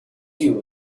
you